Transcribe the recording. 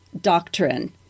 doctrine